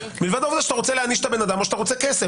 העובדה שאתה רוצה להעניש את האדם או כסף.